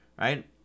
right